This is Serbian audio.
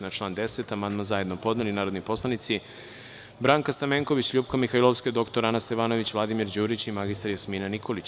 Na član 10. amandman su zajedno podneli narodni poslanici Branka Stamenković, LJupka Mihajlovska, dr. Ana Stevanović, Vladimir Đurić i mr Jasmina Nikolić.